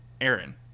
Aaron